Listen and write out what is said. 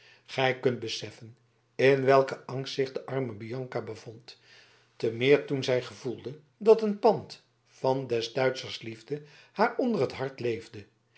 gij kunt beseffen in welken angst zich de arme bianca bevond te meer toen zij gevoelde dat een pand van des duitschers liefde haar onder het hart leefde